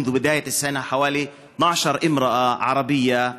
מתחילת השנה נרצחו קרוב ל-12 נשים ערביות.